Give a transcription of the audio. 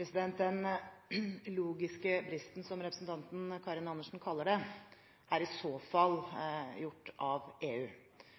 Den logiske bristen, som representanten Karin Andersen kaller det, er i så fall gjort av EU.